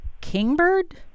kingbird